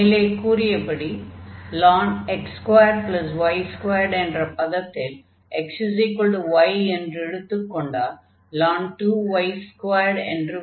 மேலே கூறியபடி ln x2y2 என்ற பதத்தில் xy என்று எடுத்துக் கொண்டால் ln என்று வரும்